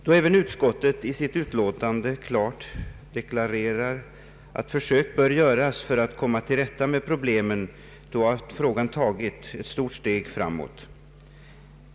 Då även utskottet i sitt utlåtande klart deklarerar att försök bör göras, att komma till rätta med problemen, har frågan tagit ett stort steg framåt.